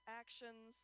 actions